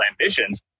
ambitions